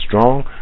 strong